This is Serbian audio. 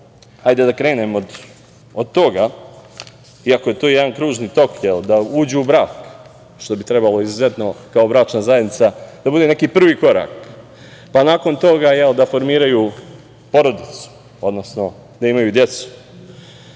hajde da krenem od toga, iako je to jedan kružni tok, jer da uđu u brak, što bi trebalo izuzetno, kao bračna zajednica, da bude neki prvi korak, pa nakon toga da formiraju porodicu, odnosno da imaju decu,